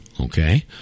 okay